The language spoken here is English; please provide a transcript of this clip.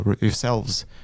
yourselves